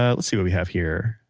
ah let's see what we have here.